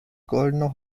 goldene